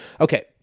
okay